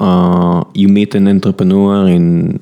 You meet an entrepreneur in